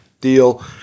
deal